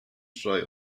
schrei